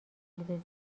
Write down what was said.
تلویزیون